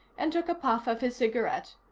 and took a puff of his cigarette,